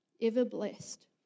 ever-blessed